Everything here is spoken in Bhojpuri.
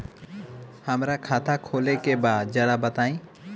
हमरा खाता खोले के बा जरा बताई